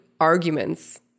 arguments